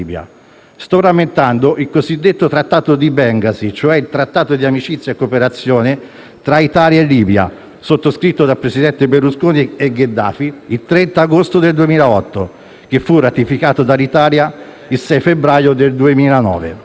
Sto rammentando il cosiddetto Trattato di Bengasi, cioè il Trattato di amicizia e cooperazione tra Italia e Libia, sottoscritto dal presidente Berlusconi e da Gheddafi il 30 agosto 2008, che fu ratificato dall'Italia il 6 febbraio 2009.